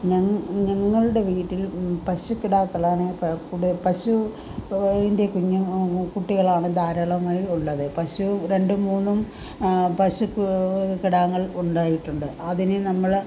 ഞങ്ങളുടെ ഞങ്ങളുടെ വീട്ടിൽ പശുക്കിടാക്കളാണ് പ പശു പശു ൻ്റെ കുഞ്ഞുങ്ങൾ കുട്ടികളാണ് ധാരാളമായി ഉള്ളത് പശു രണ്ടും മൂന്നും പശു കുട്ടി കിടാങ്ങൾ ഉണ്ടായിട്ടുണ്ട് അതിന് നമ്മൾ